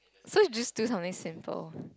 so you just do something simple